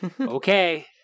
Okay